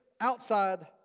outside